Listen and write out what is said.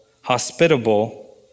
hospitable